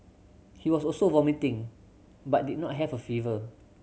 he was also vomiting but did not have a fever